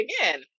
again